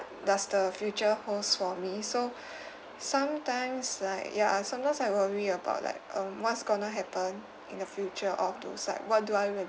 does the future holds for me so sometimes like ya sometimes I worry about like um what's gonna happen in the future all those like what do I real~